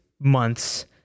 months